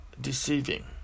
deceiving